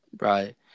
Right